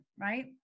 right